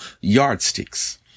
yardsticks